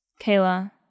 Kayla